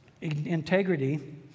integrity